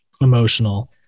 emotional